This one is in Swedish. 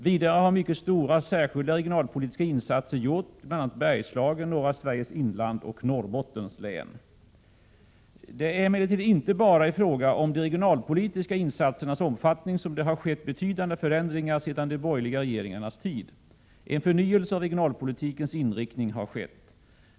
Vidare har mycket stora särskilda regionalpolitiska insatser gjorts i bl.a. Bergslagen, norra Sveriges inland och Norrbottens län. Det är emellertid inte bara i fråga om de regionalpolitiska insatsernas omfattning som det har skett betydande förändringar sedan de borgerliga regeringarnas tid. En förnyelse av regionalpolitikens inriktning har skett.